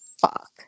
Fuck